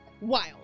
wild